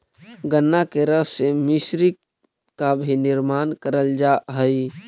गन्ना के रस से मिश्री का भी निर्माण करल जा हई